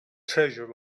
treasure